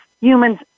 humans